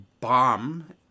bomb